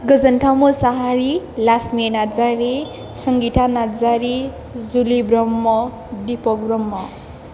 गोजोनथाव मोसाहारी लासमि नार्जारी संगिथा नार्जारी जुलि ब्रह्म दिफक ब्रह्म